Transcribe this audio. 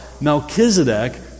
Melchizedek